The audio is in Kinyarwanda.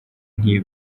nti